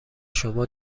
شما